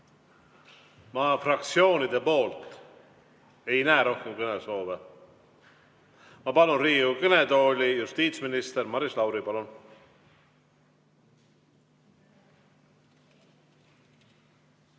Ma fraktsioonidelt ei näe rohkem kõnesoove. Ma palun Riigikogu kõnetooli justiitsministri Maris Lauri. Palun!